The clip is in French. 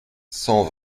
cent